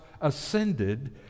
ascended